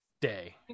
day